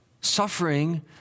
Suffering